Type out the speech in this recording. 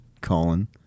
Colin